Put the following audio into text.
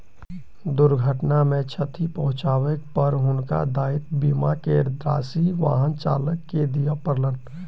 दुर्घटना मे क्षति पहुँचाबै पर हुनका दायित्व बीमा के राशि वाहन चालक के दिअ पड़लैन